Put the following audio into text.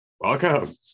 Welcome